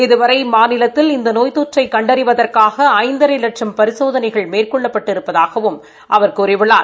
இதுவரை மாநிலத்தில் இந்த நோய் தொற்றை கண்டறிவதற்காக ஐந்தரை லட்சம் பரிசோதனைகள் மேற்கொள்ளப் பட்டிருப்பதாகவும் அவர் கூறியுள்ளார்